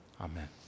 amen